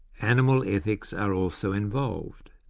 animal ethics are also involved.